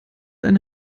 eine